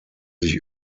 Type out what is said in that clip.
sich